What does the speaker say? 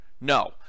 No